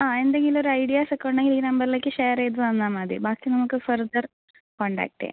ആ എന്തെങ്കിലൊരു ഐഡിയാസൊക്കെ ഉണ്ടെങ്കിൽ ഈ നമ്പറിലേക്ക് ഷെയർ ചെയ്ത് തന്നാൽമതി ബാക്കി നമുക്ക് ഫർദർ കോൺടാക്ട് ചെയ്യാം